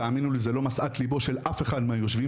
תאמינו לי זה לא משאת ליבו של אף אחד מהיושבים